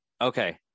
Okay